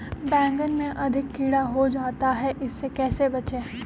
बैंगन में अधिक कीड़ा हो जाता हैं इससे कैसे बचे?